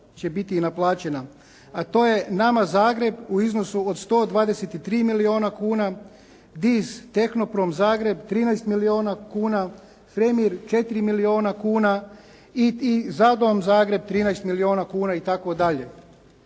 A to je Nama Zagreb u iznosu od 123 milijuna kuna, DIZ Tehnoprom Zagreb 13 milijuna kuna, Premir 400 milijuna kuna i ZADOM Zagreb 13 milijuna kuna i